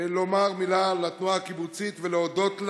לומר מילה על התנועה הקיבוצית ולהודות לה,